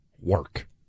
work